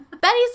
Betty's